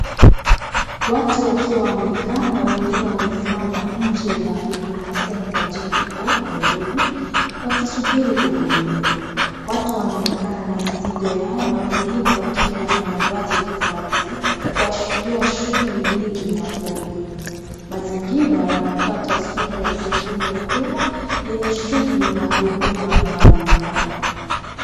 Watu wakiwa wamekaa na wengine wamesimama nje ya Huduma Centre GPO , Nairobi wakisubiri kuhudumiwa. Watu wanaonekana na mizigo yao na wengine wakiwa na mavazi tofauti kuashiria shughli nyingi na foleni. Mazingira yanatoa taswira ya sehemu ya umma yenye shughuli na huduma mbalimbali.